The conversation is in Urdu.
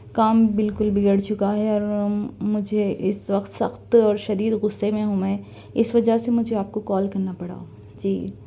کام بالکل بگڑ چُکا ہے اور مجھے اِس وقت سخت اور شدید غصّے میں ہوں میں اِس وجہ سے مجھے آپ کو کال کرنا پڑا جی